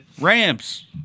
Ramps